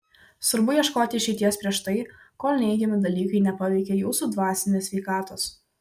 svarbu ieškoti išeities prieš tai kol neigiami dalykai nepaveikė jūsų dvasinės sveikatos